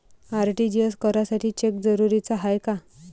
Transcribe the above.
RTGS करासाठी cheque जरुरीचा हाय काय?